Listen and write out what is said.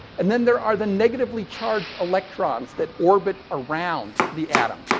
and then there are the negatively charged electrons that orbit around the atom.